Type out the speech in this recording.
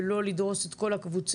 ולא לדרוס את כל הקבוצה,